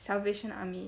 salvation army